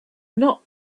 not